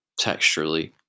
texturally